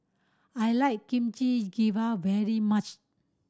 I like Kimchi Jjigae very much